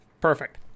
Perfect